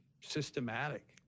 systematic